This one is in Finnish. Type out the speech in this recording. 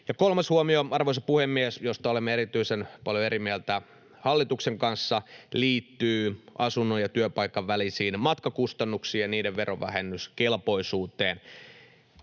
Kolmas huomio, arvoisa puhemies, josta olemme erityisen paljon eri mieltä hallituksen kanssa, liittyy asunnon ja työpaikan välisiin matkakustannuksiin ja niiden verovähennyskelpoisuuteen.